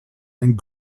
and